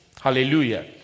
Hallelujah